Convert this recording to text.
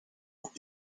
would